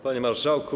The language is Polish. Panie Marszałku!